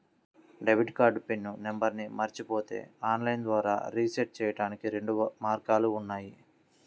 debit card PIN నంబర్ను మరచిపోతే online ద్వారా రీసెట్ చెయ్యడానికి రెండు మార్గాలు ఉన్నాయి